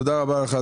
תודה רבה לך,